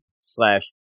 slash